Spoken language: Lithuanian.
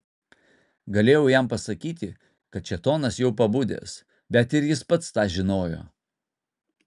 galėjau jam pasakyti kad šėtonas jau pabudęs bet ir jis pats tą žinojo